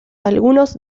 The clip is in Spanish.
algunos